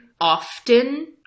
often